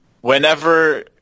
whenever